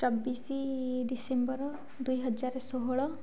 ଚବିଶ ଡିସେମ୍ବର ଦୁଇହଜାର ଷୋହଳ